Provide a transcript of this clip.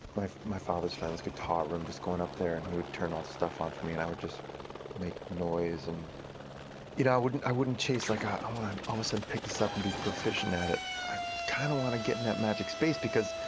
my my father's friends guitar room, just going up there and he would turn all the stuff on for me, and i would just make noise. and you know i wouldn't i wouldn't chase, like i um want to um all of a sudden pick this up and be proficient at it. i kind of want to get in that magic space, because